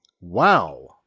wow